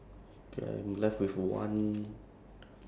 cause I don't really I really don't have any crazy coincidence